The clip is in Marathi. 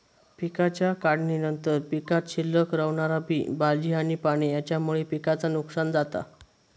पिकाच्या काढणीनंतर पीकात शिल्लक रवणारा बी, भाजी आणि पाणी हेच्यामुळे पिकाचा नुकसान जाता